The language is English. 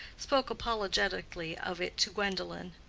spoke apologetically of it to gwendolen.